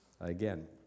Again